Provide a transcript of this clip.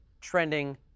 trending